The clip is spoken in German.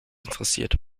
interessiert